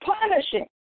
punishing